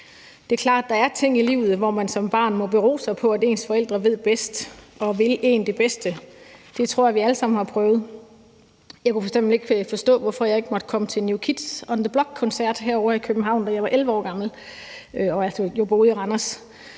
Det er klart, at der er ting i livet, hvor man som barn må affinde sig med, at ens forældre ved bedst og vil en det bedste. Det tror jeg vi alle sammen har prøvet. Jeg kunne f.eks. ikke forstå, hvorfor jeg ikke måtte komme til New Kids on the Block-koncert herovre i København, da jeg var 11 år gammel og boede i Randers.